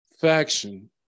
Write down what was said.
faction